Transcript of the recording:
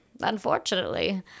Unfortunately